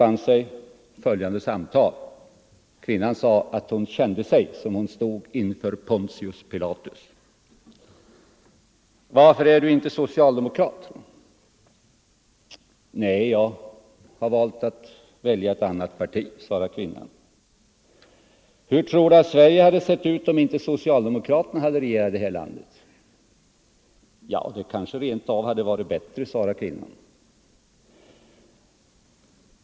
Men hon ville inte betala till det kollektivanslutning kände sig som om hon stod inför Pontius Pilatus. till politiskt parti — Varför är du inte socialdemokrat? — Nej, jag har valt ett annat parti, svarade kvinnan. —- Hur tror du att Sverige hade sett ut om inte socialdemokraterna hade regerat det här landet? —- Ja, det kanske rent av hade varit bättre, svarade kvinnan.